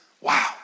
Wow